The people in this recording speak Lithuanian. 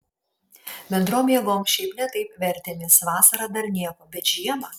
bendrom jėgom šiaip ne taip vertėmės vasarą dar nieko bet žiemą